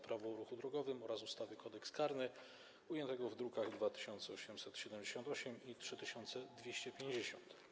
Prawo o ruchu drogowym oraz ustawy Kodeks karny, druki nr 2878 i 3250.